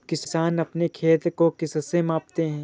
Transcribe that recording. किसान अपने खेत को किससे मापते हैं?